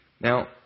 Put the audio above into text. Now